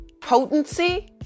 potency